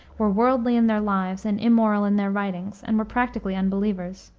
were worldly in their lives and immoral in their writings, and were practically unbelievers.